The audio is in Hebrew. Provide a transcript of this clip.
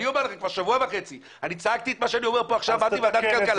כבר שבוע וחצי אני צעקתי את מה שאני אומר פה עכשיו בוועדת כלכלה